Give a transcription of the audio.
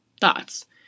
thoughts